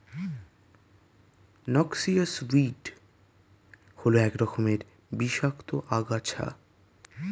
noxious weed হল এক রকমের বিষাক্ত আগাছা